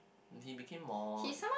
he became more